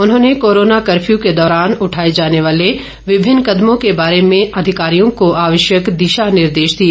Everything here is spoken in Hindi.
उन्होंने कोरोना कर्फ्यू के दौरान उठाएँ जाने वाले विभिन्न कदमों के बारे में अधिकारियों को आवश्यक दिशा निर्देश दिए